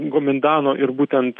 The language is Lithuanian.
gumindano ir būtent